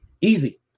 Easy